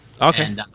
Okay